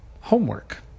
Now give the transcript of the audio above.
homework